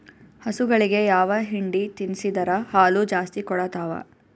ಹಸುಗಳಿಗೆ ಯಾವ ಹಿಂಡಿ ತಿನ್ಸಿದರ ಹಾಲು ಜಾಸ್ತಿ ಕೊಡತಾವಾ?